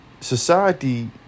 society